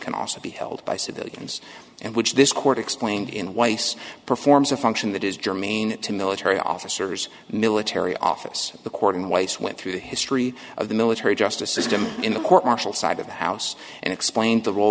can also be held by civilians and which this court explained in weiss performs a function that is germane to military officers military office the court and weiss went through the history of the military justice system in the court martial side of the house and explain the role